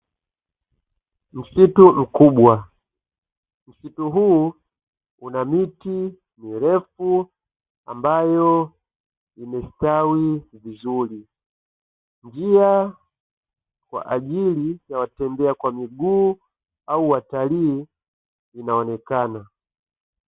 Msitu mkubwa, msitu huu una miti mirefu ambayo imestawi vizuri, njia kwa ajili ya watembea kwa miguu au watalii inaonekana.